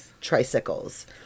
tricycles